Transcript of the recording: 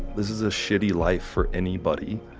this is a shitty life for anybody,